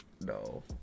no